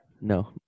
no